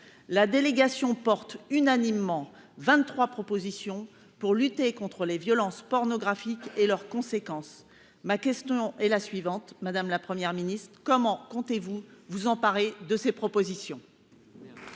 la délégation porte unanimement 23 propositions pour lutter contre les violences pornographique et leurs conséquences, ma question est la suivante Madame la première ministre, comment comptez-vous vous emparer de ses propositions.